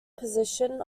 position